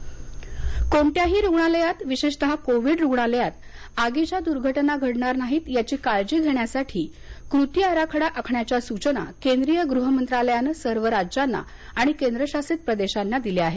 गुह मंत्रालय कोणत्याही रुग्णालयात विशेषतः कोविड रुग्णालयात आगीच्या दुर्घटना घडणार नाहीत याची काळजी घेण्यासाठी कृती आराखडा आखण्याच्या सूचना केंद्रिय गृह मंत्रालयानं सर्व राज्यांना आणि केंद्रशासित प्रदेशांना दिल्या आहेत